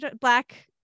black